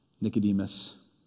Nicodemus